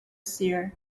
seer